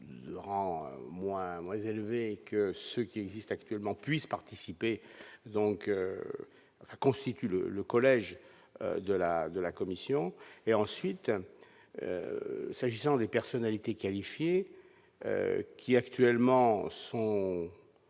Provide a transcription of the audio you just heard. moins moins élevés que ce qui existe actuellement, puisse participer donc constitue le le collège de la de la Commission et, ensuite, s'agissant des personnalités qualifiées qui actuellement sont